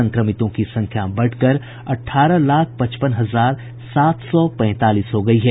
संक्रमितों की संख्या बढकर अठारह लाख पचपन हजार सात सौ पैंतालीस हो गई है